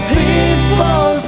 people